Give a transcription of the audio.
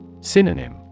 Synonym